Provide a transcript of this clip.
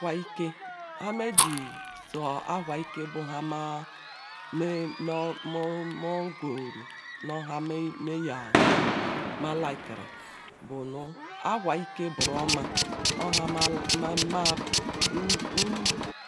aloha ike bn nha ma ukori owha ike birona